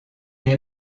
est